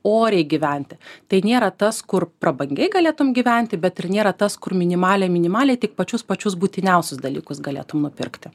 oriai gyventi tai nėra tas kur prabangiai galėtum gyventi bet ir nėra tas kur minimaliai minimaliai tik pačius pačius būtiniausius dalykus galėtum nupirkti